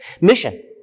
mission